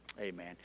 Amen